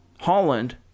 Holland